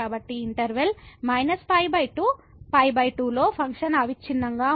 కాబట్టి ఇంటర్వెల్ − π2π 2 లో ఫంక్షన్ అవిచ్ఛిన్నంగా ఉంటుంది